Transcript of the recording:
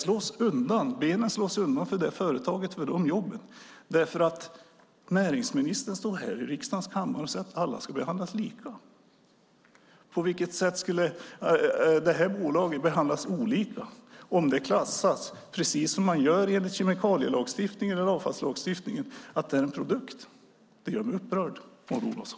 Ska benen slås undan för det företaget och för de jobben eftersom näringsministern står här i riksdagens kammare och säger att alla ska behandlas lika? På vilket sätt skulle det här bolaget behandlas olika om råtalloljan klassas som enligt kemikalie eller avfallslagstiftningen, så att det är en produkt? Det gör mig upprörd, Maud Olofsson!